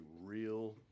real